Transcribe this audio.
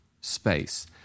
space